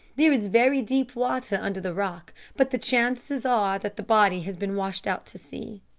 there is very deep water under the rock, but the chances are that the body has been washed out to sea.